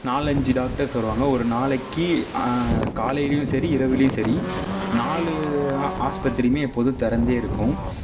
நாலஞ்சு டாக்டர்ஸ் வருவாங்க ஒரு நாளைக்கு காலைலையும் சரி இரவுலியும் சரி நாலு ஆஸ்ப்பத்திரியுமே எப்போதும் திறந்தே இருக்கும்